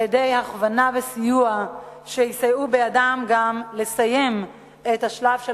על-ידי הכוונה וסיוע שיסייעו בידם גם לסיים את השלב של